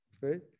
right